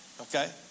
okay